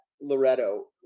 Loretto